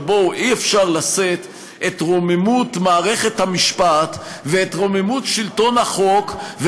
אבל אי-אפשר לשאת את רוממות מערכת המשפט ואת רוממות שלטון החוק,